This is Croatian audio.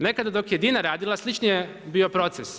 Nekad dok je Dina radila slični je bio proces.